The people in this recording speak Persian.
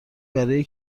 برای